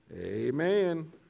Amen